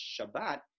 shabbat